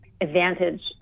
advantage